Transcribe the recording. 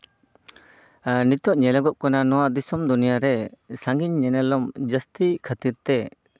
ᱱᱤᱛᱚᱜ ᱧᱮᱞᱚᱜᱚᱜ ᱠᱟᱱᱟ ᱱᱚᱣᱟ ᱫᱤᱥᱚᱢ ᱫᱩᱱᱭᱟᱹᱨᱮ ᱥᱟᱹᱜᱤᱧ ᱧᱮᱱᱮᱞᱚᱢ ᱡᱟᱹᱥᱛᱤ ᱠᱷᱟᱹᱛᱤᱨ ᱛᱮ